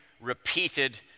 repeated